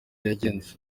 yagenze